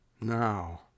Now